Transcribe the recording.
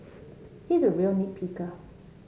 he is a real nit picker